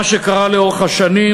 מה שקרה לאורך השנים,